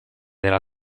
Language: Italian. della